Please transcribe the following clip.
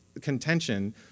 contention